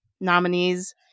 nominees